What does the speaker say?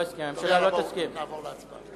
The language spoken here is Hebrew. הממשלה לא תסכים, נכון?